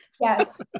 Yes